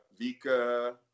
vika